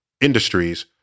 industries